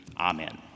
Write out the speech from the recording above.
Amen